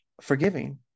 forgiving